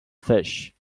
fish